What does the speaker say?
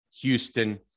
Houston